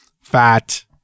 Fat